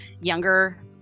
younger